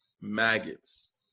Maggots